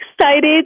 excited